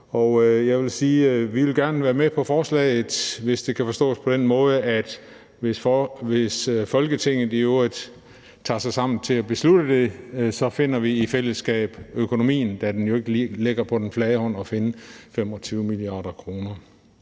at vi gerne vil være med på forslaget, hvis det kan forstås på den måde, at hvis Folketinget i øvrigt tager sig sammen til at beslutte det, så finder vi i fællesskab økonomien, da det jo ikke lige ligger på den flade hånd at finde 25 mia. kr.